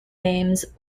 names